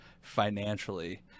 financially